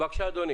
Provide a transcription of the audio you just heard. אני